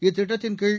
இத்திட்டத்தின்கீழ்